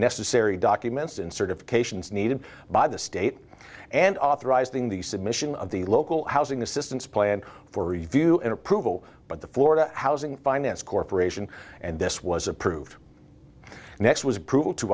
necessary documents and certifications needed by the state and authorized in the submission of the local housing assistance plan for review and approval but the florida housing finance corporation and this was approved next was approv